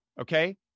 Okay